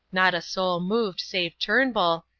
not a soul moved save turnbull,